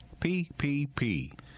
PPP